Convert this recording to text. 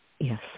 yes